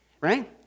right